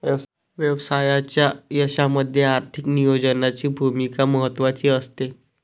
व्यवसायाच्या यशामध्ये आर्थिक नियोजनाची भूमिका महत्त्वाची असते